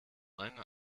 meine